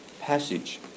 passage